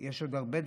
ויש לעשות עוד הרבה.